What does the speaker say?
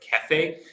cafe